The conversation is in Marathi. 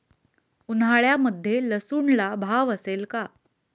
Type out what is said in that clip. उन्हाळ्यामध्ये लसूणला भाव असेल का?